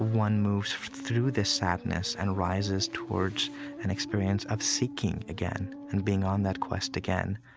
one moves through this sadness and rises towards an experience of seeking again and being on that quest again.